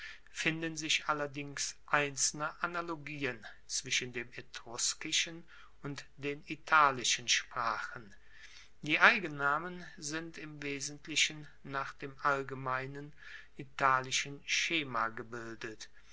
finden sich allerdings einzelne analogien zwischen dem etruskischen und den italischen sprachen die eigennamen sind im wesentlichen nach dem allgemeinen italischen schema gebildet